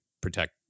protect